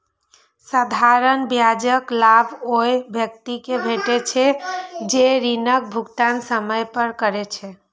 साधारण ब्याजक लाभ ओइ व्यक्ति कें भेटै छै, जे ऋणक भुगतान समय सं करै छै